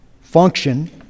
function